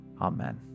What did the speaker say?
amen